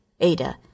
Ada